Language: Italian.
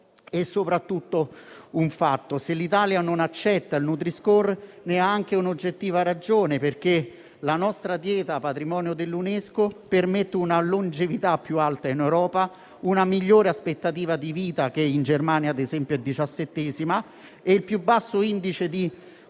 soprattutto un fatto: se L'Italia non accetta il nutri-score ne ha anche un'oggettiva ragione, perché la nostra dieta, patrimonio dell'UNESCO, permette una longevità più alta in Europa, una migliore aspettativa di vita - la Germania, ad esempio, è diciassettesima - e il più basso indice di